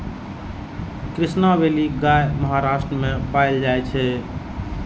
Krishna valley गाय महाराष्ट्र मे पाएल जाइ छै